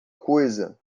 coisa